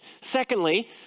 Secondly